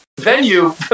venue